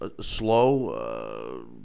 slow